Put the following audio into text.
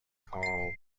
carl